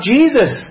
Jesus